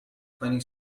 twenty